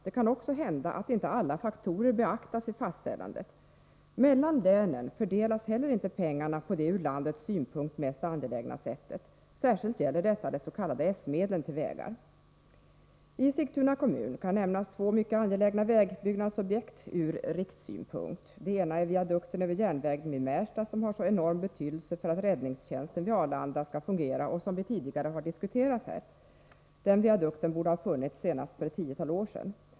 Det kan också hända att inte alla faktorer beaktas vid fastställandet. Mellan länen fördelas heller inte pengarna på det ur landets synpunkt mest angelägna sättet. Särskilt gäller detta de s.k. S-medlen till vägar. I Sigtuna kommun kan nämnas två ur rikssynpunkt mycket angelägna vägbyggnadsobjekt. Det ena är viadukten över järnvägen vid Märsta, som har så stor betydelse för att räddningstjänsten vid Arlanda skall fungera och som vi tidigare diskuterat här i kammaren. Den viadukten borde ha kommit till stånd senast för ett tiotal år sedan.